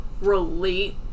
relate